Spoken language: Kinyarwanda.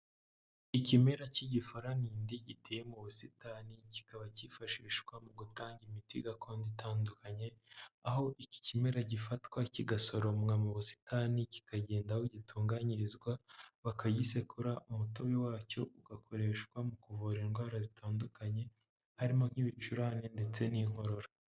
Ikimera cy'igifaranindi giteye mu busitani kikaba cyifashishwa mu gutanga imiti gakondo itandukanye aho iki kimera gifatwa kigasoromwa mu busitani kikagenda aho gitunganyirizwa bakayisekura umutobe wacyo ugakoreshwa mu kuvura indwara zitandukanye harimo nk'ibicurane ndetse n'inkorora.